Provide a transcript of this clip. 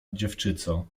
dziewczyco